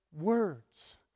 words